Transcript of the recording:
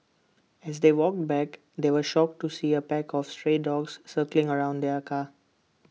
as they walked back they were shocked to see A pack of stray dogs circling around their car